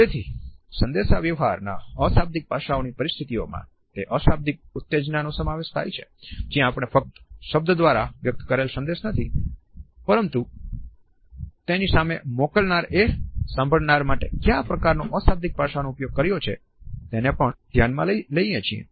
તેથી વાતચીતના અશાબ્દિક પાસાઓની પરિસ્થિતિમાં તે અશાબ્દિક ઉત્તેજનાનો સમાવેશ થાય છે જ્યાં આપણે ફક્ત શબ્દ દ્વારા વ્યક્ત કરેલ સંદેશ નથી જોતા પરંતુ તેની સાથે મોકલનારએ સાંભળનાર માટે ક્યાં પ્રકારનો અશાબ્દિક પાસાઓ નો ઉપયોગ કર્યો છે તેને પણ ધ્યાનમાં લઈએ છીએ